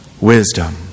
wisdom